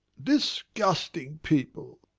disgusting people.